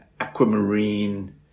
aquamarine